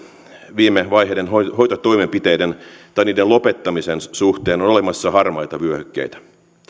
viime vaiheiden hoitotoimenpiteiden ja niiden lopettamisen suhteen on olemassa harmaita vyöhykkeitä